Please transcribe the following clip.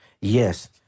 Yes